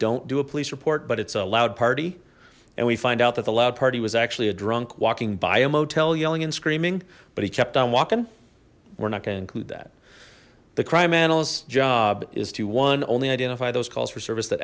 don't do a police report but it's a loud party and we find out that the loud party was actually a drunk walking by a motel yelling and screaming but he kept on walking we're not gonna include that the crime analyst job is to one only identify those calls for service that